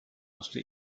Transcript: musste